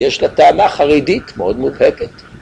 ‫יש לה טענה חרידית מאוד מובהקת.